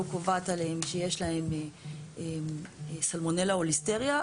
קובעת עליהם שיש להם סלמונלה או ליסטריה,